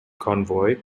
convoy